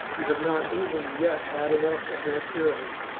you have not even yet had enough of their tyranny,